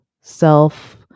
self